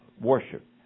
worship